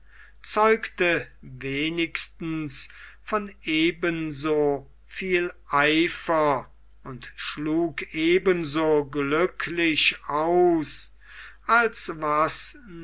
zeugte wenigstens von eben so viel eifer und schlug eben so glücklich aus als was